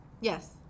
yes